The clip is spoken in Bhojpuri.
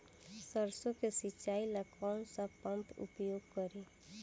सरसो के सिंचाई ला कौन सा पंप उपयोग करी?